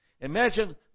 Imagine